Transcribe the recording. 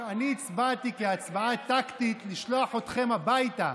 אני הצבעתי כהצבעה טקטית לשלוח אתכם הביתה,